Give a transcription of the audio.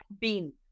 bean